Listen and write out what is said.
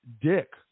dick